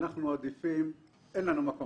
אנחנו עדיפים, אין לנו מקום